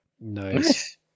Nice